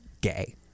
gay